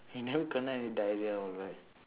you never kena any diarrhoea all right